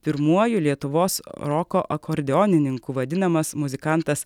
pirmuoju lietuvos roko akordeonininku vadinamas muzikantas